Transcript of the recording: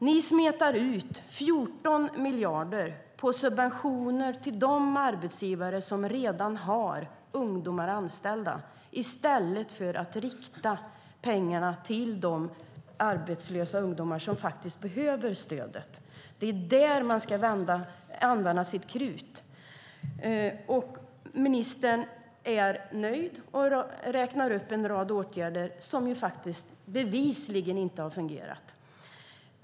Ni smetar ut 14 miljarder på subventioner till de arbetsgivare som redan har ungdomar anställda i stället för att rikta pengarna till de arbetslösa ungdomar som behöver stödet. Det är där man ska använda sitt krut. Ministern är nöjd och räknar upp en rad åtgärder som bevisligen inte har fungerat.